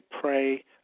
pray